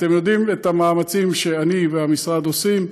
אתם יודעים אילו מאמצים אני והמשרד עושים.